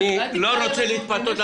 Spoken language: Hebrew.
אני לא רוצה להתפתות,